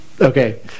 Okay